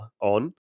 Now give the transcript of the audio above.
on